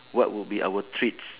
what would be our treats